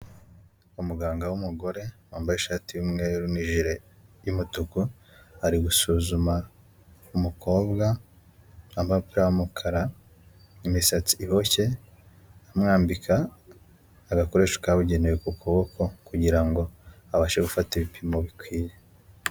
Umuganga w'umugore wambaye ishati y'umweru n'ijire y'umutuku, ari gusuzuma umukobwa wambaye umupira w'umukara n'imisatsi iboshye, amurambika agakoresho kabugenewe ku kuboko, kugira ngo abashe gufata ibipimo bikwiye.